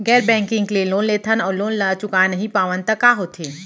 गैर बैंकिंग ले लोन लेथन अऊ लोन ल चुका नहीं पावन त का होथे?